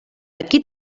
aquí